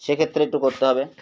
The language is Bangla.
সে ক্ষেত্রে একটু করতে হবে